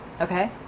Okay